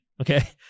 okay